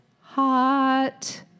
hot